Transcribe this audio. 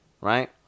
right